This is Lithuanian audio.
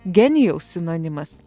genijaus sinonimas